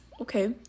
okay